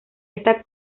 está